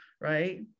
right